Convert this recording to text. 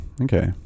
okay